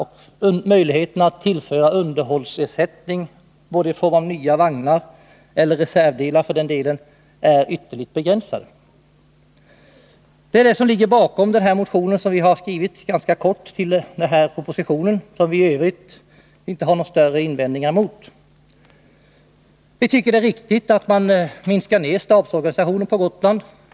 Och möjligheterna att tillföra underhållsersättning i fråga om nya stridsvagnar eller reservdelar är ytterligt begränsade. Det är detta som ligger bakom den motion som vi har väckt med anledning av föreliggande proposition, som vi i övrigt inte har några större invändningar mot. Vi tycker att det är riktigt att minska stabsorganisationen på Gotland.